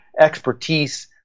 expertise –